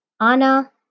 Anna